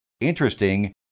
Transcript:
interesting